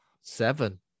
Seven